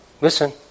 listen